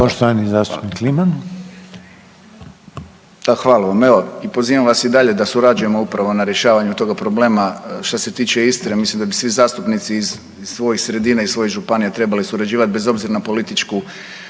Anton (HDZ)** Da hvala vam. Evo, pozivam vas i dalje da surađujemo upravo na rješavanju toga problema. Što se tiče Istre ja mislim da bi svi zastupnici iz svojih sredina, iz svojih županija trebali surađivati bez obzira na političku